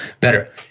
better